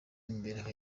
n’imibereho